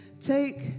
Take